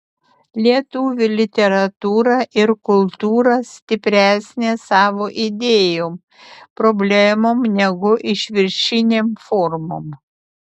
lietuvių literatūra ir kultūra stipresnė savo idėjom problemom negu išviršinėm formom